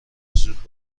زود